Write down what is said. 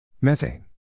Methane